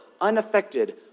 unaffected